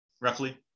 roughly